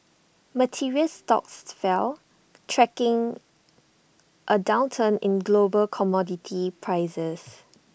materials stocks fell tracking A downturn in global commodity prices